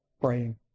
praying